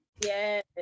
yes